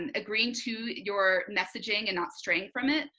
and agreeing to your messaging and not straying from it,